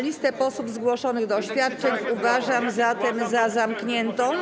Listę posłów zgłoszonych do oświadczeń uważam zatem za zamkniętą.